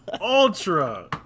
ultra